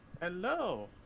Hello